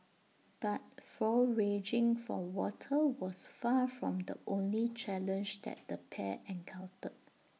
but foraging for water was far from the only challenge that the pair encountered